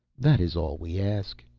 that is all we ask,